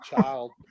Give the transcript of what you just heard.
child